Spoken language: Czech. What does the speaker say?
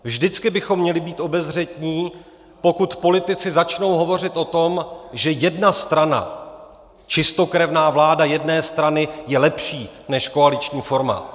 Vždycky bychom měli být obezřetní, pokud politici začnou hovořit o tom, že jedna strana, čistokrevná vláda jedné strany, je lepší než koaliční forma.